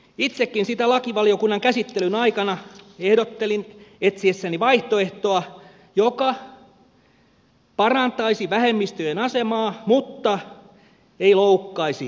itsekin sitä lakivaliokunnan käsittelyn aikana ehdottelin etsiessäni vaihtoehtoa joka parantaisi vähemmistöjen asemaa mutta ei loukkaisi ketään